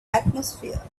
atmosphere